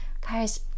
Guys